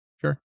Sure